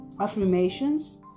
Affirmations